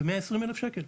ב-120,000 שקלים.